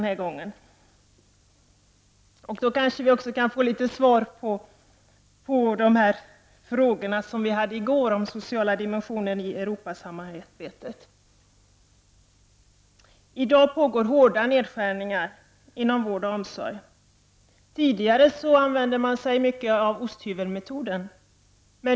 Då kan vi kanske få svar på några av de frågor som togs upp i går om den sociala dimensionen i Europasamarbetet. I dag sker det hårda nedskärningar inom vård och omsorg. Tidigare använde man sig ofta av osthyvelsmetoden.